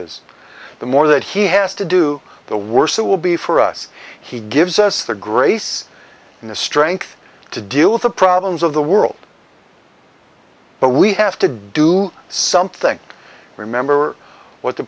is the more that he has to do the worse it will be for us he gives us the grace and the strength to deal with the problems of the world but we have to do something remember what the